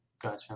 Gotcha